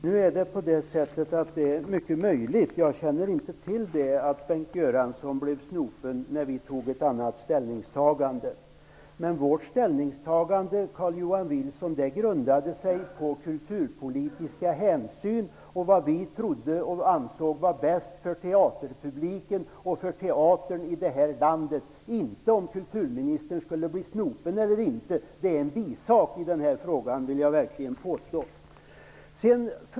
Herr talman! Det är mycket möjligt -- men jag känner inte till det -- att Bengt Göransson blev snopen, när vi tog en annan ställning. Men vårt stälningstagande, Carl-Johan Wilson, grundade sig på kulturpolitiska hänsyn och på vad vi trodde och ansåg vara bäst för teaterpubliken och teatern i detta land. Det berodde inte på om kulturministern skulle bli snopen eller inte. Det var en bisak i denna fråga. Det vill jag verkligen påstå.